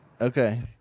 Okay